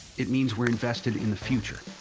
it means we're invested in the future.